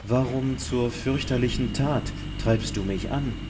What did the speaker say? warum zur fürchterlichen tat treibst du mich an